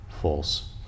false